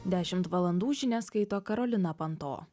dešimt valandų žinias skaito karolina panto